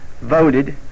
voted